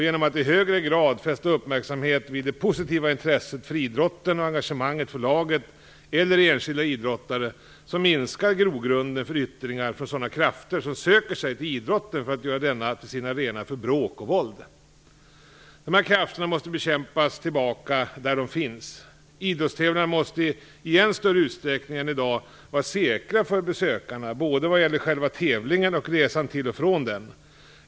Genom att i högre grad fästa uppmärksamhet vid det positiva intresset för idrotten och engagemanget för laget eller enskilda idrottare minskar grogrunden för yttringar från sådana krafter som söker sig till idrotten för att göra denna till sin arena för bråk och våld. Dessa krafter måste kämpas tillbaka där de finns. Idrottstävlingar måste i än större utsträckning än i dag vara säkra för besökarna vad gäller både själva tävlingen och resan till och från den.